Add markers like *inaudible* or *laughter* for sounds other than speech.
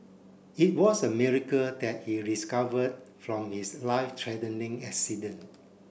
it was a miracle that he *unintelligible* from his life threatening accident